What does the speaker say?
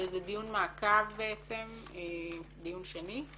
זה דיון מעקב, דיון שני.